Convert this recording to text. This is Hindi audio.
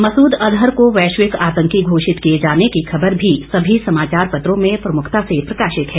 मसूद अजहर को वैश्विक आतंकी घोषित किए जाने की खबर भी सभी समाचार पत्रों में प्रमुखता से प्रकाशित है